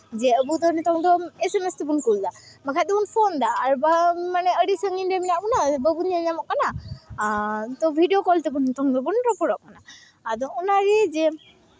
ᱡᱮ ᱟᱵᱚ ᱫᱚ ᱱᱤᱛᱚᱝ ᱫᱚ ᱮᱥᱮᱢᱮᱥ ᱛᱮᱵᱚᱱ ᱠᱩᱞᱫᱟ ᱵᱟᱠᱷᱟᱡ ᱛᱮᱵᱚᱱ ᱯᱷᱚᱱᱫᱟ ᱵᱟᱝ ᱢᱟᱱᱮ ᱟᱹᱰᱤ ᱥᱟᱺᱜᱤᱧ ᱨᱮ ᱢᱮᱱᱟᱜ ᱵᱚᱱᱟ ᱵᱟᱵᱚᱱ ᱧᱮᱞ ᱧᱟᱢᱚᱜ ᱠᱟᱱᱟ ᱟᱨ ᱵᱷᱤᱰᱭᱳ ᱠᱚᱞ ᱛᱮ ᱱᱤᱛᱚᱝ ᱫᱚᱵᱚᱱ ᱨᱚᱯᱚᱲᱚᱜ ᱠᱟᱱᱟ ᱟᱫᱚ ᱚᱱᱟᱜᱮ ᱡᱮ